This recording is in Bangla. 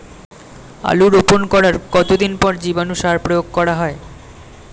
আলু রোপণ করার কতদিন পর জীবাণু সার প্রয়োগ করা হয়?